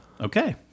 Okay